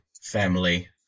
family